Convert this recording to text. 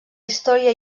història